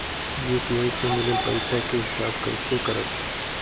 UPI से मिलल पईसा के हिसाब कइसे करब?